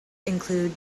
include